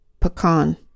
Pecan